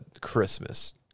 Christmas